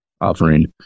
offering